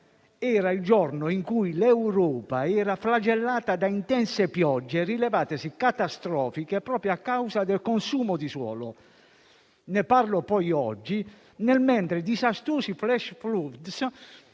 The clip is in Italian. Era il giorno in cui l'Europa era flagellata da intense piogge rilevatesi catastrofiche proprio a causa del consumo di suolo. Ne parlo poi oggi, nel mentre disastrosi *flash flood*